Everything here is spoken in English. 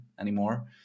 anymore